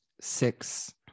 six